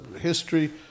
history